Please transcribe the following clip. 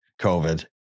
COVID